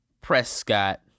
Prescott